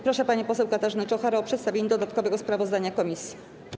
Proszę panią poseł Katarzynę Czocharę o przedstawienie dodatkowego sprawozdania komisji.